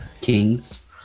Kings